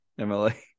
MLA